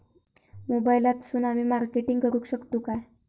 मोबाईलातसून आमी मार्केटिंग करूक शकतू काय?